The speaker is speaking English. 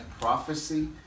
prophecy